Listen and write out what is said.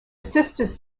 sisters